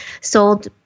sold